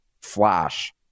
flash